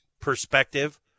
perspective